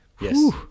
Yes